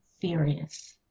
furious